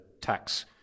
tax –